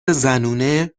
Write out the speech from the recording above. زنونه